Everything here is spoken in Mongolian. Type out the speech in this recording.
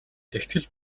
тэгтэл